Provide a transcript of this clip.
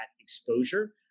exposure